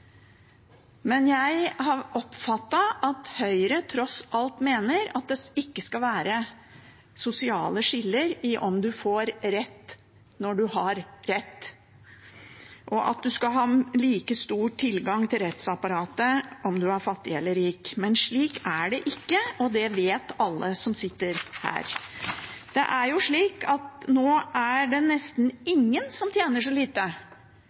men jeg har oppfattet at Høyre tross alt mener at det ikke skal være sosiale skiller i om man får rett når man har rett, og at man skal ha like stor tilgang til rettsapparatet om man er fattig eller rik. Men slik er det ikke, og det vet alle som sitter her. Nå er det nesten ingen som tjener så lite